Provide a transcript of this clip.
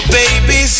baby